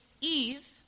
Eve